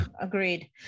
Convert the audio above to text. agreed